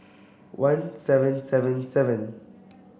one seven seven seven